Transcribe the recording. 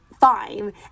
fine